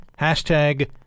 hashtag